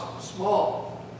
small